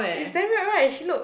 is damn weird [right] she look